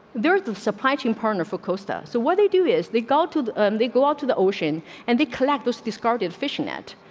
there's a surprising partner for costa. so what they do is they goto. um they go out to the ocean and they collect was discarded fishing net,